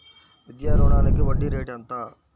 విద్యా రుణానికి వడ్డీ రేటు ఎంత?